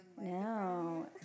No